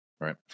right